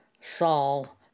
Saul